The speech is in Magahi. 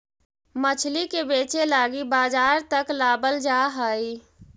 मछली के बेचे लागी बजार तक लाबल जा हई